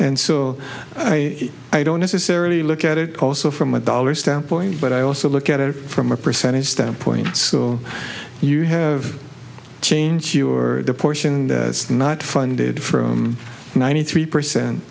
and so i don't necessarily look at it also from a dollar standpoint but i also look at it from a percentage standpoint so you have change your portion it's not funded from ninety three percent